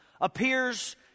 appears